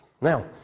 Now